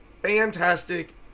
fantastic